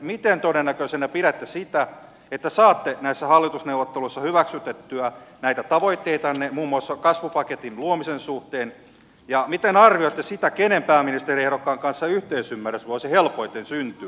miten todennäköisenä pidätte sitä että saatte näissä hallitusneuvotteluissa hyväksytettyä näitä tavoitteitanne muun muassa kasvupaketin luomisen suhteen ja miten arvioitte sitä kenen pääministeriehdokkaan kanssa yhteisymmärrys voisi helpoiten syntyä